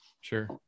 Sure